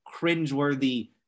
cringeworthy